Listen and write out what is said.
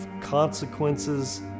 consequences